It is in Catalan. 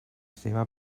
seva